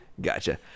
Gotcha